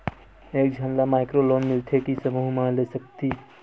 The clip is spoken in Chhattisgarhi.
एक झन ला माइक्रो लोन मिलथे कि समूह मा ले सकती?